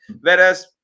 Whereas